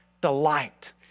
delight